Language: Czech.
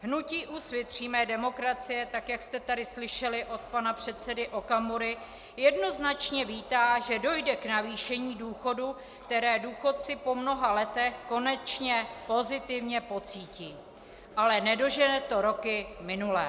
Hnutí Úsvit přímé demokracie, tak jak jste tady slyšeli od pana předsedy Okamury, jednoznačně vítá, že dojde k navýšení důchodů, které důchodci po mnoha letech konečně pozitivně pocítí, ale nedožene to roky minulé.